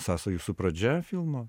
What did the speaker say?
sąsajų su pradžia filmo